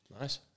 Nice